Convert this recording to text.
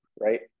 right